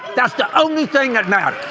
that's the only thing that now